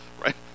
right